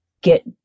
get